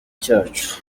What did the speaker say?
cyacu